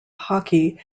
hockey